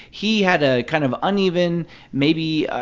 he had a kind of uneven maybe,